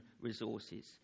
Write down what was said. resources